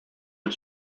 had